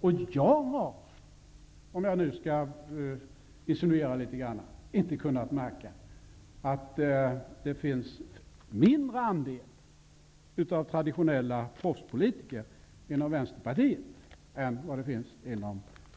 Får jag sedan säga att jag inte har kunnat finna att Vänsterpartiet har en mindre andel traditionella proffspolitiker än